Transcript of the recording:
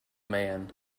man